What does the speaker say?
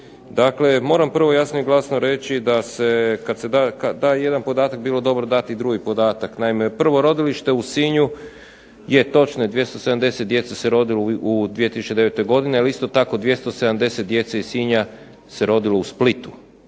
Dakle, moram prvo jasno i glasno reći da se kad se da jedan podatak bilo dobro dati i drugi podatak. Naime, prvo rodilište u Sinju. Je točno je 270 djece se rodilo u 2009. godini, ali isto tako 270 djece iz Sinja se rodilo u Splitu